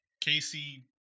Casey